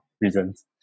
reasons